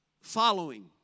following